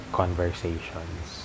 conversations